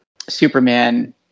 Superman